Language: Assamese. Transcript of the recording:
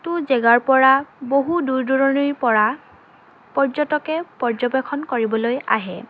তো জেগাৰ পৰা বহু দূৰ দূৰণিৰ পৰা পৰ্যটকে পৰ্যবেক্ষণ কৰিবলৈ আহে